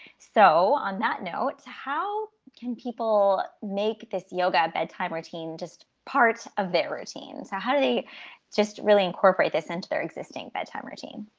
so on that note, how can people make this yoga bedtime routine just part of their routine? so how do they just really incorporate this into their existing bedtime routine?